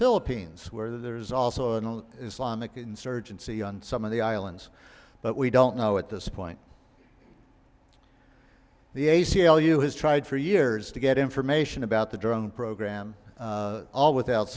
philippines where there's also an islamic insurgency on some of the islands but we don't know at this point the a c l u has tried for years to get information about the drone program all without